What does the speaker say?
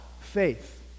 Faith